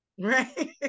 right